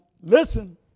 listen